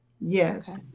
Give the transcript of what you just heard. Yes